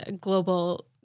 global